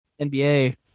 NBA